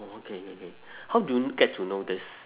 oh okay K K how do you get to know this